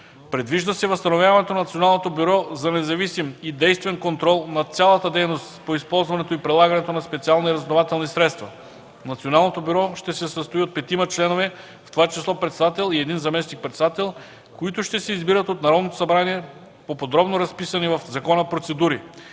Предвижда се възстановяването на Националното бюро за независим и действен контрол над цялата дейност по използването и прилагането на специални разузнавателни средства. Националното бюро ще се състои от петима членове, в това число председател и един заместник-председател, които ще се избират от Народното събрание по подробно разписани в закона процедури.